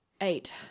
Eight